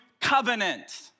covenant